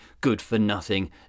good-for-nothing